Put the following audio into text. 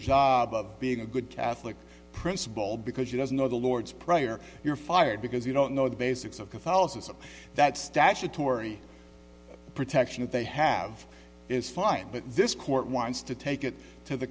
job of being a good catholic principal because she doesn't know the lord's prayer you're fired because you don't know the basics of catholicism that statutory protection that they have is fine but this court wants to take it to the